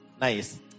Nice